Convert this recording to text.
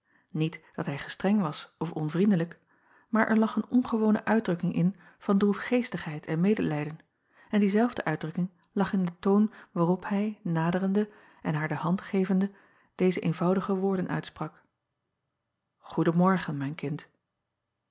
niet dat hij gestreng was of onvriendelijk maar er lag een ongewone uitdrukking in van droefgeestigheid en medelijden en diezelfde uitdrukking lag in den toon waarop hij naderende en haar de hand gevende deze eenvoudige woorden uitsprak goeden morgen mijn kind